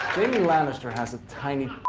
jamie lanster has a tiny